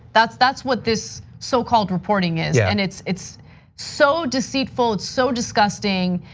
that's that's what this so called reporting is and it's it's so deceitful. it's so disgusting.